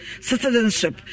citizenship